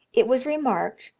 it was remarked,